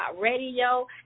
Radio